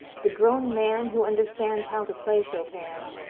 the grown man who understands how to play chopin,